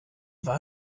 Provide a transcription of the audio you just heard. war